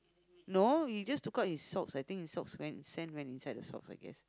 no he just took out his socks I think the socks went sand went inside the socks I guess